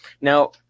Now